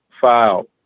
filed